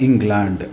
England